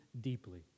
deeply